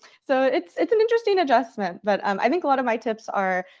so it's it's an interesting adjustment. but um i think a lot of my tips are,